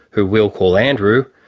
who we'll call andrew,